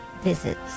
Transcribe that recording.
Visits